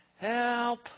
help